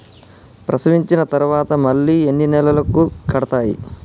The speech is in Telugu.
ప్రసవించిన తర్వాత మళ్ళీ ఎన్ని నెలలకు కడతాయి?